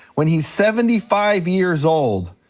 when he's seventy five years old,